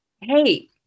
Hey